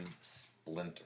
splinter